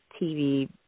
TV